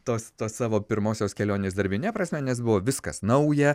tos savo pirmosios kelionės darbine prasme nes buvo viskas nauja